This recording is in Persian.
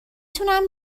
تونم